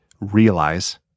realize